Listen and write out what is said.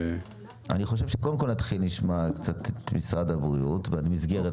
קודם נשמע קצת את משרד הבריאות על מסגרת